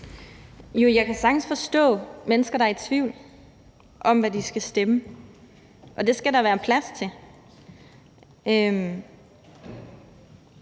Jo, jeg kan sagtens forstå mennesker, der er i tvivl om, hvad de skal stemme, og det skal der være en plads til.